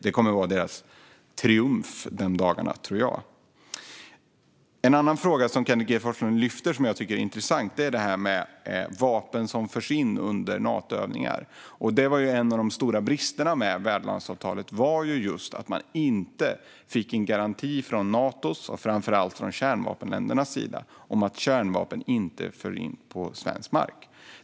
Det kommer att vara deras triumf de dagarna, tror jag. En annan intressant fråga som Kenneth G Forslund lyfter är detta med vapen som förs in under Natoövningar. En av de stora bristerna med värdlandsavtalet var just att man inte fick en garanti från Natos och framför allt kärnvapenländernas sida om att kärnvapen inte förs in på svensk mark.